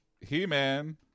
He-Man